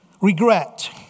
Regret